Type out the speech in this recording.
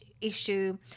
issue